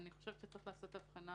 צריך לעשות הבחנה